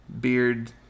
beard